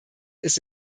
ist